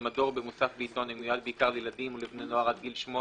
במדור או במוסף בעיתון המיועד בעיקר לילדים ולבני נוער עד גיל 18